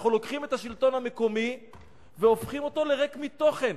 אנחנו לוקחים את השלטון המקומי והופכים אותו לריק מתוכן.